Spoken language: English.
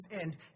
end